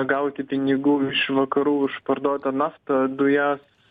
gauti pinigų iš vakarų už parduotą naftą dujas